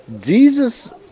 Jesus